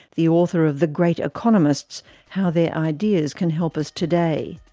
the author of the great economists how their ideas can help us today.